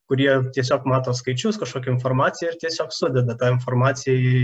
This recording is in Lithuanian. kurie tiesiog mato skaičius kažkokią informaciją ir tiesiog sudeda tą informaciją į